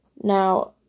Now